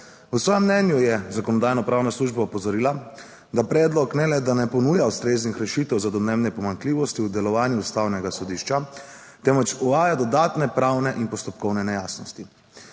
V svojem mnenju je Zakonodajno-pravna služba opozorila, da predlog ne le, da ne ponuja ustreznih rešitev za domnevne pomanjkljivosti v delovanju Ustavnega sodišča, temveč uvaja dodatne pravne in postopkovne nejasnosti.